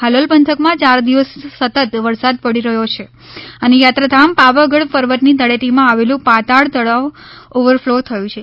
હાલોલ પંથકમાં યાર દિવસથી સતત વરસાદ પડી રહ્યો છે અને યાત્રાધામ પાવાગઢ પર્વતની તળેટીમાં આવેલું પાતાળ તળાવ ઓવરફ્લો થયૂ છે